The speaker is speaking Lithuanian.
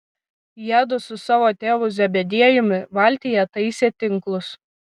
jiedu su savo tėvu zebediejumi valtyje taisė tinklus